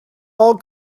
all